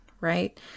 right